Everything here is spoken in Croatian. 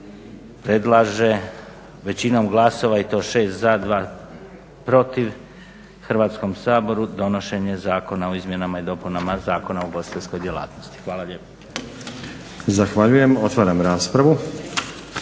predlaže većinom glasova i to 6 za, 2 protiv Hrvatskom saboru donošenje Zakona o izmjenama i dopunama Zakona o ugostiteljskoj djelatnosti. Hvala lijepo. **Stazić, Nenad (SDP)**